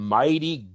mighty